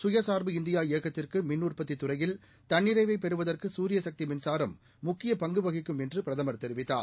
சுயசார்பு இந்தியா இயக்கத்திற்கு மின் உற்பத்தித் துறையில் தன்னிறைவை பெறுவதற்கு சூரிய சக்தி மின்சாரம் முக்கிய பங்கு வகிக்கும் என்று பிரதமர் தெரிவித்தார்